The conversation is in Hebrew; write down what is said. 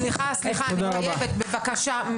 סליחה, סליחה, אני חייבת, בבקשה.